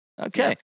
Okay